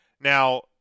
Now